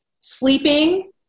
sleeping